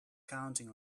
counting